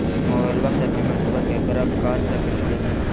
मोबाइलबा से पेमेंटबा केकरो कर सकलिए है?